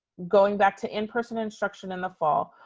going back to in person instruction in the fall,